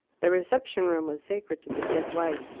the reception-room was sacred to the dead wife.